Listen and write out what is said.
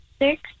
six